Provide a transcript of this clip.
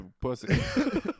pussy